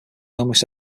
almost